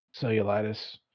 cellulitis